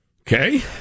Okay